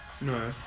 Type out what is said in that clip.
No